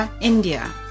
India